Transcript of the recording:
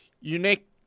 Unique